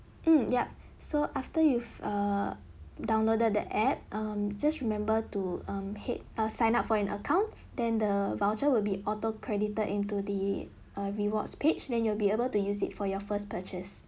mm yup so after you've err downloaded the app um just remember to um head I'll sign up for an account than the voucher will be auto credited into the err rewards page then you will be able to use it for your first purchase